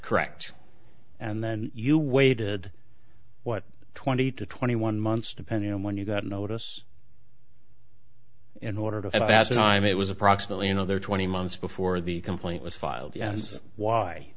correct and then you waited what twenty to twenty one months depending on when you got a notice in order to at that time it was approximately another twenty months before the complaint was filed yes why